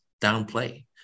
downplay